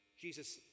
Jesus